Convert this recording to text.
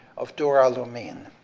of duralumin.